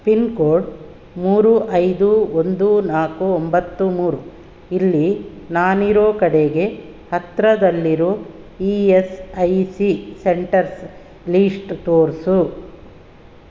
pin code ಮೂರು ಐದು ಒಂದು ನಾಲ್ಕು ಒಂಬತ್ತು ಮೂರು ಇಲ್ಲಿ ನಾನಿರೋ ಕಡೆಗೆ ಹತ್ತಿರದಲ್ಲಿರೋ E S I C centres list ತೋರಿಸು